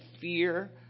fear